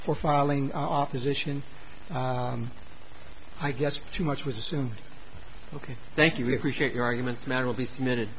for filing opposition i guess too much was assumed ok thank you we appreciate your arguments matter will be submitted